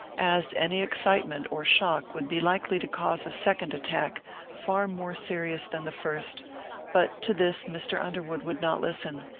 as any excitement or shock would be likely to cause a second attack far more serious than the first but to this mr. underwood would not listen,